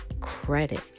credit